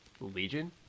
Legion